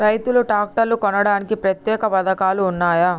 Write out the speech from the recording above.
రైతులు ట్రాక్టర్లు కొనడానికి ప్రత్యేక పథకాలు ఉన్నయా?